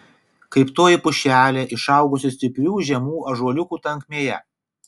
kaip toji pušelė išaugusi stiprių žemų ąžuoliukų tankmėje